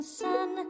sun